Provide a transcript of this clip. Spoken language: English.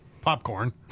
popcorn